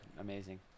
amazing